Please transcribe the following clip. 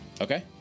Okay